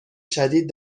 شدید